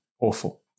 awful